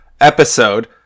episode